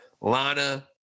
Lana